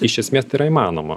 iš esmės tai yra įmanoma